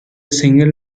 single